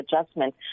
adjustment